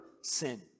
sin